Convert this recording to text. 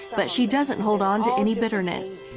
but she doesn't hold onto any bitterness.